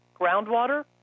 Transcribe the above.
groundwater